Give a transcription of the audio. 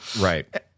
Right